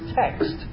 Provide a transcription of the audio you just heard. text